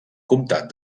comtat